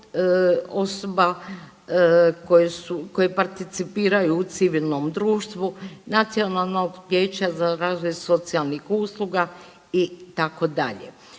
su, koje participiraju u civilnom društvu, Nacionalnog vijeće za razvoj socijalnih usluga itd.